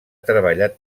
treballat